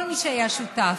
כל מי שהיה שותף,